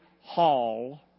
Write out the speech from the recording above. hall